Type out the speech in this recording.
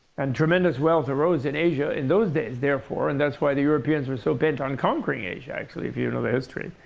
and tremendous wealth arose in asia in those days, therefore. and that's why the europeans were so bent on conquering asia, actually, if you know and the history.